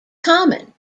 common